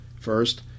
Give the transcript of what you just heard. First